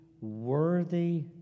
worthy